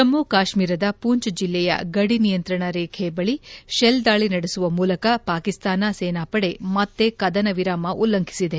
ಜಮ್ನು ಕಾಶ್ನೀರದ ಪೂಂಚ್ ಜಿಲ್ಲೆಯ ಗಡಿ ನಿಯಂತ್ರಣ ರೇಖೆ ಬಳಿ ಶೆಲ್ ದಾಳಿ ನಡೆಸುವ ಮೂಲಕ ಪಾಕಿಸ್ತಾನ ಸೇನಾಪಡೆ ಮತ್ತೆ ಕದನ ವಿರಾಮ ಉಲ್ಲಂಘಿಸಿದೆ